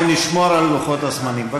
בואו נשמור על לוחות הזמנים.